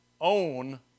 own